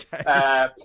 Okay